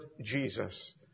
Jesus